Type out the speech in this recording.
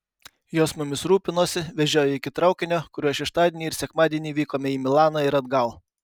jos mumis rūpinosi vežiojo iki traukinio kuriuo šeštadienį ir sekmadienį vykome į milaną ir atgal